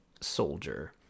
soldier